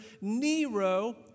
Nero